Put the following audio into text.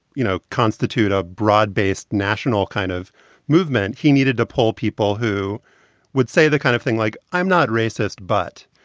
you know, constitute a broad based national kind of movement. he needed to pull people who would say the kind of thing like, i'm not racist, but.